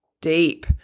deep